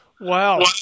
Wow